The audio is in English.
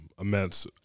Immense